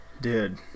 Dude